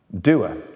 Doer